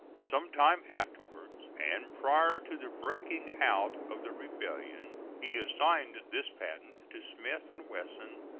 some time afterwards, and prior to the breaking out of the rebellion, he assigned this patent to smith and wesson,